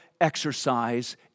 exercise